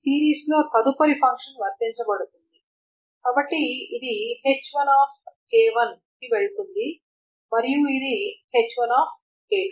సిరీస్లో తదుపరి ఫంక్షన్ వర్తించబడుతుంది కాబట్టి ఇది h1 కి వెళుతుంది మరియు ఇది h1